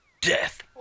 DEATH